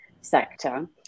sector